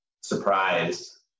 surprise